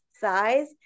size